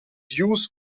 use